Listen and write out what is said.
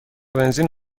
بنزین